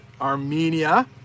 Armenia